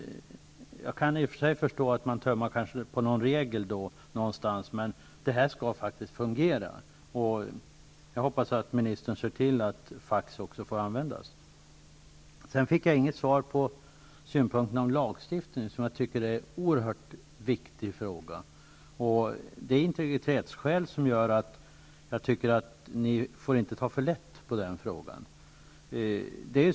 Jag kan i och för sig förstå att man då kanske måste tumma på någon regel. Men detta måste faktiskt fungera. Jag hoppas ministern ser till att fax får användas. Jag fick inget svar på synpunkten om lagstiftningen som jag tycker är en oerhört viktig fråga. Det är integritetsskäl som gör att jag tycker att ni inte får ta för lätt på den frågan.